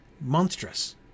monstrous